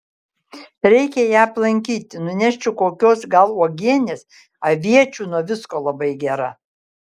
reikia ją aplankyti nunešti kokios gal uogienės aviečių nuo visko labai gera